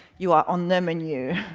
you are on the menu.